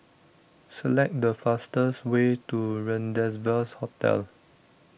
select the fastest way to Rendezvous Hotel